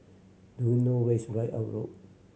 do you know where is Ridout Road